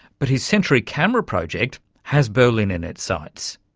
but his century camera project has berlin in its sights.